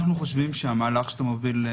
אנחנו חושבים שהמהלך שאתה מוביל,